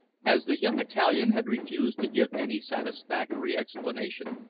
as the young italian had refused to give any satisfactory explanation,